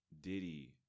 Diddy